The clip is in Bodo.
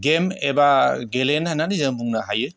गेम एबा गेलेनाय होनना जों बुंनो हायो